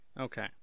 Okay